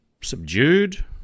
subdued